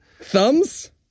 Thumbs